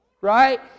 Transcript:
right